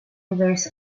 users